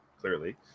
Clearly